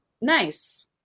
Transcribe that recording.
Nice